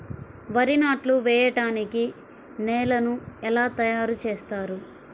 వరి నాట్లు వేయటానికి నేలను ఎలా తయారు చేస్తారు?